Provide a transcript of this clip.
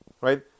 Right